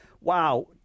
Wow